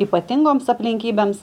ypatingoms aplinkybėms